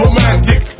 Romantic